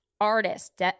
artist